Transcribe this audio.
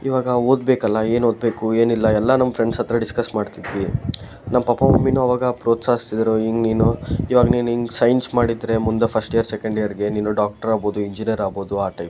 ಇವಾಗ ಓದಬೇಕಲ್ಲಾ ಏನು ಓದಬೇಕು ಏನಿಲ್ಲಾ ಎಲ್ಲಾ ನಮ್ಮ ಫ್ರೆಂಡ್ಸ್ ಹತ್ತಿರ ಡಿಸ್ಕಸ್ ಮಾಡ್ತಿದ್ವಿ ನಮ್ಮ ಪಪ್ಪಾ ಮಮ್ಮಿನೂ ಅವಾಗ ಪ್ರೋತ್ಸಾಹಿಸ್ತಿದ್ದರು ಹಿಂಗೆ ನೀನು ಇವಾಗ ನೀನು ಹಿಂಗೆ ಸೈನ್ಸ್ ಮಾಡಿದರೆ ಮುಂದೆ ಫಸ್ಟ್ ಇಯರ್ ಸೆಕೆಂಡ್ ಇಯರ್ಗೆ ನೀನು ಡಾಕ್ಟರ್ ಆಗ್ಬೋದು ಇಂಜಿನಿಯರ್ ಆಗ್ಬೋದು ಆ ಟೈಪು